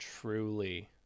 truly